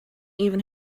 even